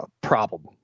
problem